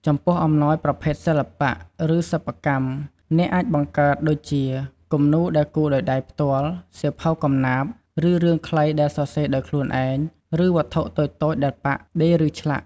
ចំពោះអំណោយប្រភេទសិល្បៈ ឬសិប្បកម្ម អ្នកអាចបង្កើតដូចជា គំនូរដែលគូរដោយផ្ទាល់ដៃ សៀវភៅកំណាព្យ ឬរឿងខ្លីដែលសរសេរដោយខ្លួនឯង ឬវត្ថុតូចៗដែលប៉ាក់ ដេរ ឬឆ្លាក់។